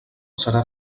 serà